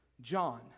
John